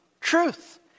truth